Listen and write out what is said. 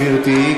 גברתי,